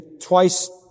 twice